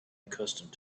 accustomed